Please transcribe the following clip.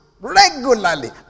Regularly